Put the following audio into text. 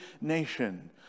nation